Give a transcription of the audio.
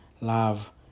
love